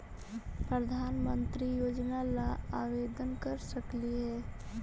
प्रधानमंत्री योजना ला आवेदन कर सकली हे?